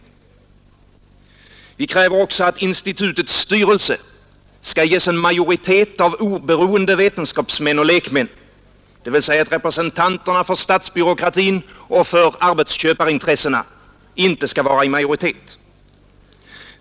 Vi kräver också, i reservationen 3, att institutets styrelse skall ges en majoritet av oberoende vetenskapsmän och lekmän, dvs. att representanterna för statsbyråkratin och arbetsköparintressena inte skall vara i majoritet.